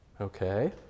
okay